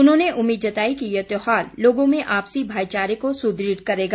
उन्होंने उम्मीद जताई कि ये त्यौहार लोगों में आपसी भाईचारे को सुदृढ़ करेगा